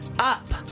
up